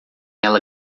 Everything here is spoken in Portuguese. ela